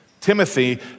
Timothy